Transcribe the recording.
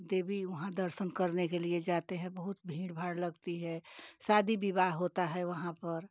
देवी वहाँ दर्शन करने के लिए जाते हैं बहुत भीड़ भाड़ लगती है शादी विवाह होता है वहाँ पर